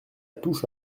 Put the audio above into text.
touche